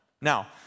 Now